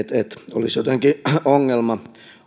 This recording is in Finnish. olisivat jotenkin ongelma